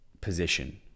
Position